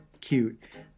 cute